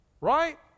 Right